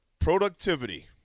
productivity